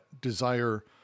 desire